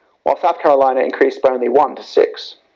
while south carolina increased by only one to six.